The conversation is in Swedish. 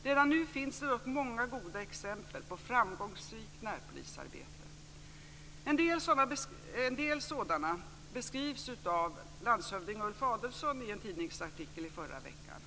Redan nu finns det dock många goda exempel på framgångsrikt närpolisarbete. En del sådana beskrivs av landshövding Ulf Adelsohn i en tidningsartikel i förra veckan.